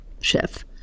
chef